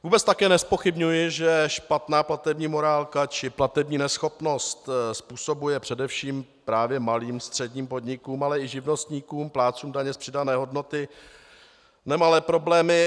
Vůbec také nezpochybňuji, že špatná platební morálka či platební neschopnost způsobuje především malým, středním podnikům, ale i živnostníkům, plátcům daně z přidané hodnoty, nemalé problémy.